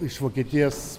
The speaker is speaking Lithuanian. iš vokietijos